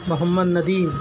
Muhammad Nadeem